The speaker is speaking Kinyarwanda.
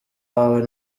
wawe